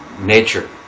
nature